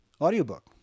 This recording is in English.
Audiobook